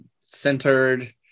centered